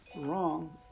wrong